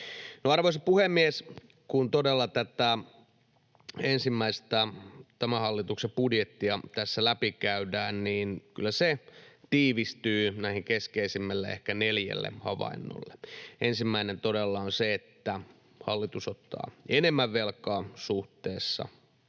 Arvoisa puhemies! Kun todella tätä ensimmäistä tämän hallituksen budjettia tässä läpikäydään, niin kyllä se tiivistyy näihin keskeisimmille ehkä neljälle havainnolle. Ensimmäinen todella on se, että hallitus ottaa enemmän velkaa suhteessa